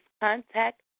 contact